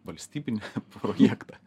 valstybinį projektą